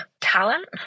talent